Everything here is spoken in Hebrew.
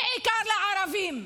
בעיקר לערבים.